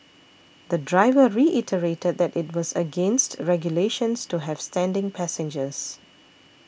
the driver reiterated that it was against regulations to have standing passengers